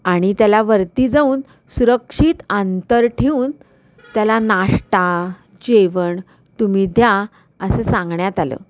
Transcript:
आणि त्याला वरती जाऊन सुरक्षित अंतर ठेवून त्याला नाष्टा जेवण तुम्ही द्या असं सांगण्यात आलं